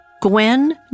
Gwen